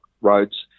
roads